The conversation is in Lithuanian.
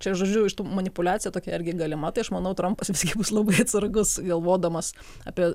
čia žodžiu iš tų manipuliacija tokia irgi galima tai aš manau trampas bus labai atsargus galvodamas apie